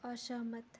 असहमत